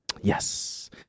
Yes